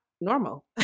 normal